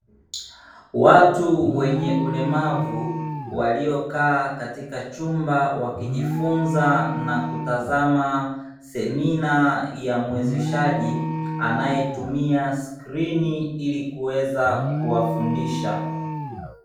Watu wenye ulemavu waliokaa katika chumba, wakijifunza na kutazama semina ya mwezishaji anayetumia skrini ili kuweza kuwafundisha.